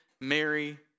Mary